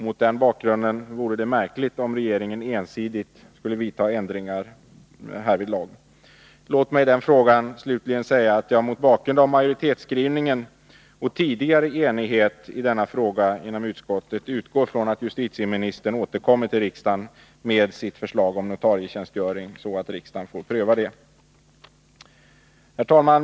Mot den bakgrunden vore det märkligt om regeringen ensidigt skulle vidta ändringar härvidlag. Låt mig i den frågan slutligen säga att jag mot bakgrund av majoritetsskrivningen och tidigare enighet i denna fråga inom utskottet utgår ifrån att justitieministern återkommer till riksdagen med sitt förslag om notarietjänstgöring, så att riksdagen får pröva det. Herr talman!